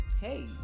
Hey